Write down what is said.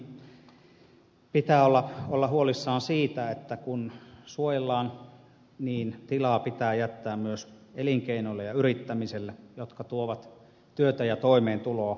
enemmänkin pitää olla huolissaan siitä että kun suojellaan niin tilaa pitää jättää myös elinkeinoille ja yrittämiselle jotka tuovat työtä ja toimeentuloa ihmisille